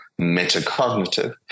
metacognitive